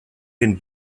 den